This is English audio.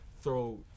throw